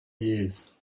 years